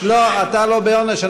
לא, אתה לא בעונש.